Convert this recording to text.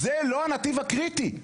זה לא הנתיב הקריטי.